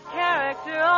character